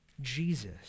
Jesus